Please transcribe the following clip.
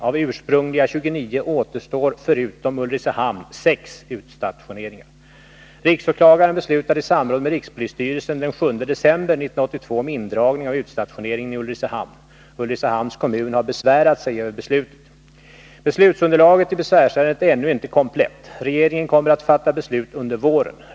Av ursprungliga 29 återstår, förutom Ulricehamn, sex utstationeringar. Riksåklagaren beslutade i samråd med rikspolisstyrelsen den 7 december 1982 om indragning av utstationeringen i Ulricehamn. Ulricehamns kommun har besvärat sig över beslutet. Beslutsunderlaget i besvärsärendet är ännu inte komplett. Regeringen kommer att fatta beslut under våren.